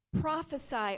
prophesy